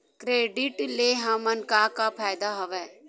Credit ले हमन का का फ़ायदा हवय?